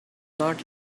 not